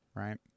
right